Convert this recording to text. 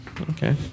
Okay